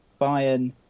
Bayern